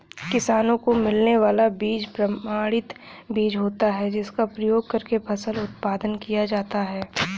किसानों को मिलने वाला बीज प्रमाणित बीज होता है जिसका प्रयोग करके फसल उत्पादन किया जाता है